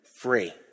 free